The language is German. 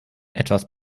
etwas